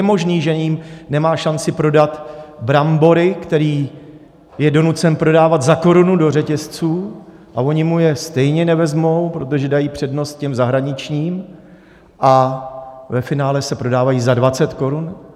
Jak je možné, že nemá šanci prodat brambory, které je donucen prodávat za korunu do řetězců, a oni mu je stejně nevezmou, protože dají přednost těm zahraničním, a ve finále se prodávají za 20 korun?